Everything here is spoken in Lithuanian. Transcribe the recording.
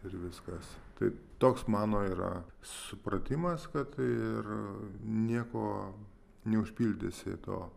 ir viskas tai toks mano yra supratimas kad tai ir nieko neužpildysi to